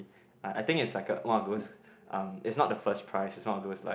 I I think it's like uh one of those um it's not the first prize it's one of those like